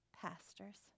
pastors